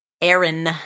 Aaron